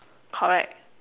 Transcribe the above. correct